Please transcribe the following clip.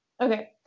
Okay